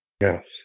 Yes